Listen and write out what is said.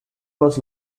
was